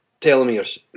telomeres